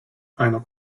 einer